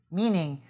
meaning